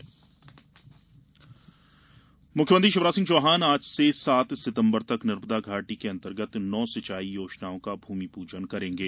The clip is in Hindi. मुमि प्जन मुख्यमंत्री शिवराज सिंह चौहान आज से सात सितम्बर तक नर्मदा घाटी के अंतर्गत नौ सिंचाई योजनाओं का भूमि पूजन करेंगे